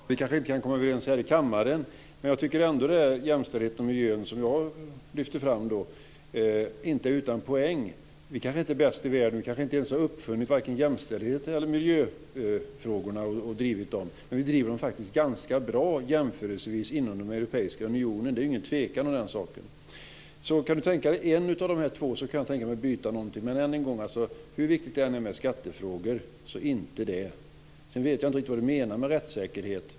Fru talman! Vi kanske inte kan komma överens här i kammaren. Men jag lyfter ändå fram jämställdheten och miljön, och inte utan poäng. Vi kanske inte är bäst i världen. Vi kanske inte ens har uppfunnit vare sig jämställdhetsfrågorna eller miljöfrågorna. Men vi driver dem faktiskt jämförelsevis ganska bra inom Europeiska unionen. Det är ingen tvekan om den saken. Kan Anne-Katrine Dunker tänka sig en av dessa två frågor, så kan jag tänka mig att byta någon av dem. Men än en gång, hur viktigt det än är med skattefrågor så föreslå inte dem. Sedan vet jag inte riktigt vad Anne-Katrine Dunker menar med rättssäkerhet.